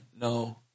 No